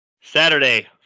Saturday